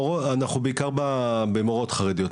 אנחנו בעיקר במורות חרדיות.